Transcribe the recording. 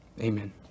Amen